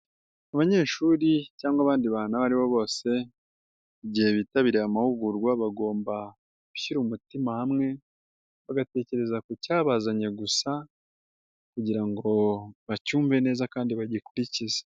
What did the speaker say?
Abanyeshuri cyangwa abandi bantu abo aribo bose, igihe bitabiriye amahugurwa bagomba gushyira umutima hamwe, bagatekereza ku cyabazanye gusa kugira ngo bacyumve neza kandi bagikurikize.